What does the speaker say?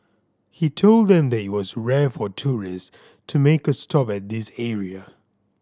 he told them that it was rare for tourists to make a stop at this area